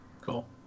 cool